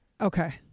Okay